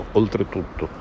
oltretutto